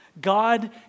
God